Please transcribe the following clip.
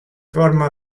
forma